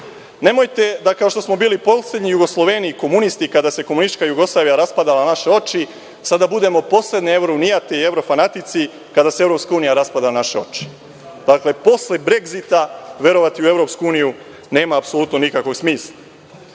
Nemojte, da kao što smo bili poslednji Jugosloveni, komunisti, kada se komunistička Jugoslavija raspadala na naše oči, sada budemo poslednji evrounijati i evrofanatici, kada se EU raspada na naše oči. Dakle, posle Bregzita, verovati u EU nema apsolutno nikakvog smisla.